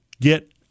Get